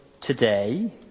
today